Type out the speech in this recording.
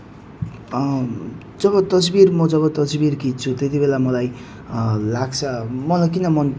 म अब मेरो लामो पदयात्राको विषयबारे भन्नुपर्दाखेरि चाहिँ म लोनावला